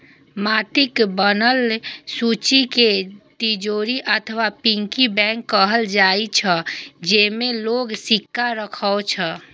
माटिक बनल फुच्ची कें तिजौरी अथवा पिग्गी बैंक कहल जाइ छै, जेइमे लोग सिक्का राखै छै